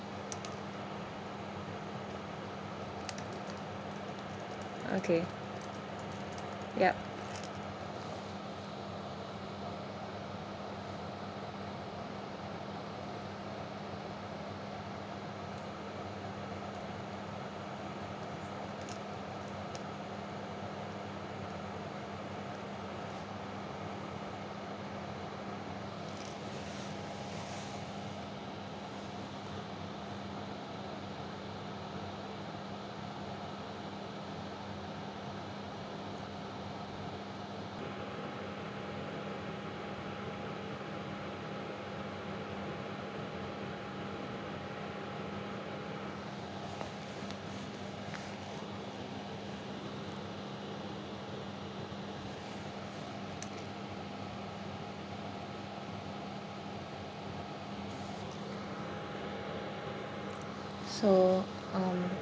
okay yup so um